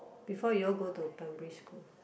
before you all go to primary school